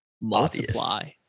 multiply